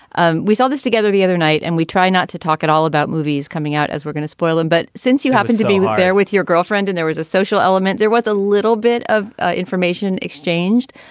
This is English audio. um we saw this together the other night and we try not to talk at all about movies coming out as we're gonna spoil it. and but since you happened to be like there with your girlfriend and there was a social element, there was a little bit of information exchanged.